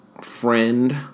friend